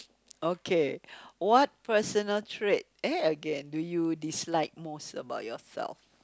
okay what personal trait eh again do you dislike most about yourself